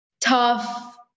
tough